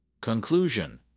Conclusion